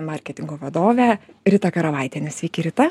marketingo vadovę ritą karavaitienę sveiki rita